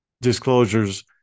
disclosures